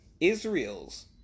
Israel's